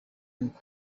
narimwe